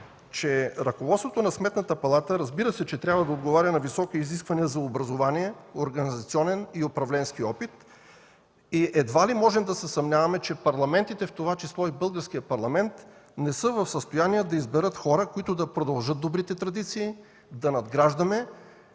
че ръководството на Сметната палата трябва да отговаря на високи изисквания за образование, организационен и управленски опит. Едва ли можем да се съмняваме, че парламентите, в това число и Българският парламент, не са в състояние да изберат хора, които да продължат добрите традиции за надграждане,